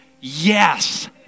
yes